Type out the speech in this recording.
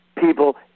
people